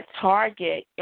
Target